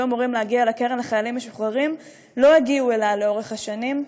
אמורים להגיע לקרן לחיילים משוחררים לא הגיעו אליה לאורך השנים,